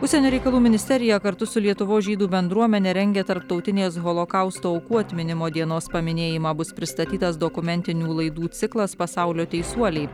užsienio reikalų ministerija kartu su lietuvos žydų bendruomene rengia tarptautinės holokausto aukų atminimo dienos paminėjimą bus pristatytas dokumentinių laidų ciklas pasaulio teisuoliai